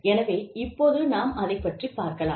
எனவே இப்போது நாம் அதைப் பற்றிப் பார்க்கலாம்